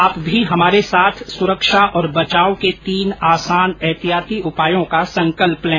आप भी हमारे साथ सुरक्षा और बचाव के तीन आसान एहतियाती उपायों का संकल्प लें